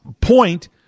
point